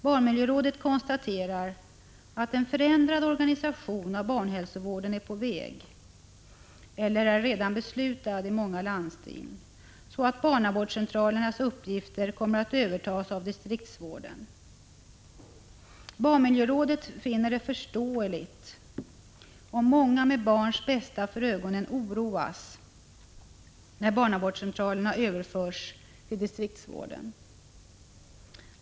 Barnmiljörådet konstaterar att en förändrad organisation av barnhälsovården är på väg eller är redan beslutad i många landsting, så att barnavårdscentralernas uppgifter kommer att övertas av distriktsvården. Barnmiljörådet finner det förståeligt om många med barnens bästa för ögonen oroas när barnavårdscentralerna överförs till distriktsvården.